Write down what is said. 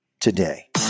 today